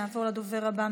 נעבור לדובר הבא,